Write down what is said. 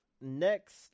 next